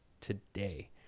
today